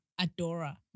Adora